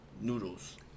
noodles